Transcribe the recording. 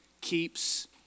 keeps